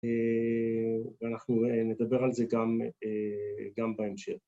‫ואנחנו נדבר על זה גם בהמשך.